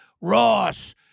Ross